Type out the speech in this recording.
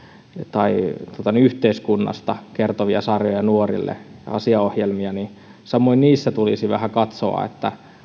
tai yhteiskunnasta kertovia sarjoja nuorille ja asiaohjelmia niin samoin niissä tulisi vähän katsoa